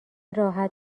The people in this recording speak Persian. راحت